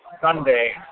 Sunday